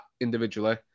individually